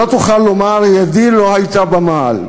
לא תוכל לומר: ידי לא הייתה במעל.